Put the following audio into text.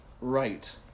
right